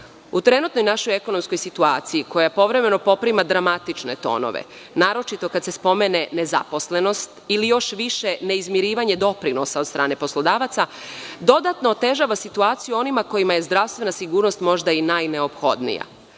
trenutnoj našoj ekonomskoj situaciji koja povremeno poprima dramatične tonove, naročito kada se spomene nezaposlenost ili još više neizmirivanje doprinosa od strane poslodavaca, dodatno otežava situaciju onima kojima je zdravstvena sigurnost možda i najneophodnija.